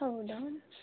ಹೌದಾ